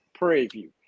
Preview